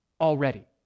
already